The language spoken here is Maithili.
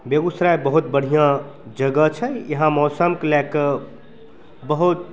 बेगूसराय बहुत बढ़िऑं जगह छै इहाँ मौसमके लए कऽ बहुत